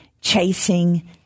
chasing